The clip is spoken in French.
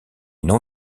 non